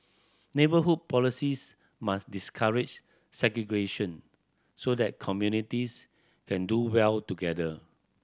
neighbourhood policies must discourage segregation so that communities can do well together